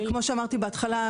כמו שאמרתי בהתחלה,